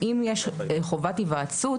אם יש חובת היוועצות,